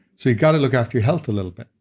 so you kind of look after your health a little bit.